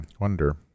wonder